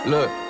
Look